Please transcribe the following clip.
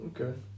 okay